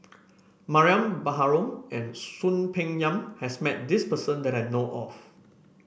Mariam Baharom and Soon Peng Yam has met this person that I know of